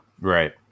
Right